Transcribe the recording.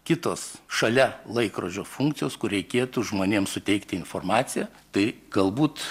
kitos šalia laikrodžio funkcijos kur reikėtų žmonėms suteikti informaciją tai galbūt